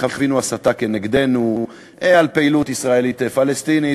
חווינו הסתה נגדנו על פעילות ישראלית-פלסטינית,